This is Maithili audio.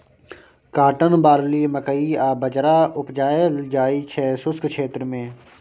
काँटन, बार्ली, मकइ आ बजरा उपजाएल जाइ छै शुष्क क्षेत्र मे